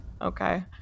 okay